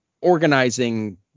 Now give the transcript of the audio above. organizing